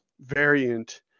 variant